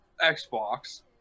Xbox